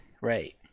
right